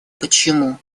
почему